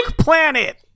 Planet